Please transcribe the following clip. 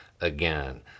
again